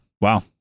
wow